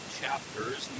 chapters